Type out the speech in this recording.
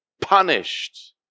punished